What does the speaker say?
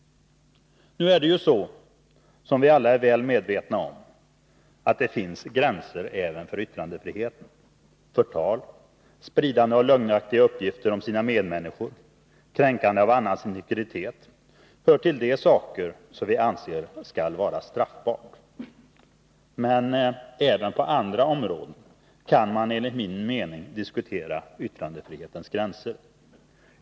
Nu är det ju, som vi alla är väl medvetna om, så att det finns gränser även för yttrandefriheten. Förtal, spridande av lögnaktiga uppgifter om sina medmänniskor och kränkande av annans integritet hör till de saker som vi anser skall vara straffbara. Men även på andra områden kan man enligt min mening diskutera yttrandefrihetens gränser.